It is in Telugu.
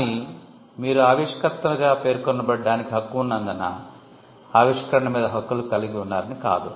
కానీ మీరు ఆవిష్కర్తగా పేర్కొనబడడానికి హక్కు ఉన్నందున ఆవిష్కరణ మీద హక్కులు కలిగి ఉన్నారని కాదు